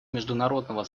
международного